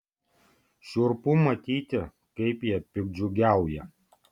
šiurpu matyti kaip jie piktdžiugiauja